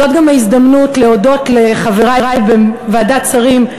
זאת גם ההזדמנות להודות לחברי בוועדת שרים,